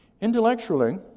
Intellectually